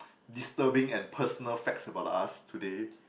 disturbing and personal facts about the us today